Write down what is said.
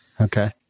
Okay